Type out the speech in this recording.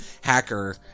hacker